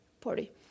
party